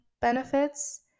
benefits